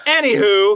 Anywho